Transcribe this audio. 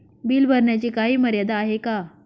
Bill भरण्याची काही मर्यादा आहे का?